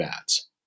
ads